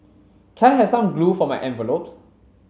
can I have some glue for my envelopes